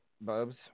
Bubs